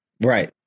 Right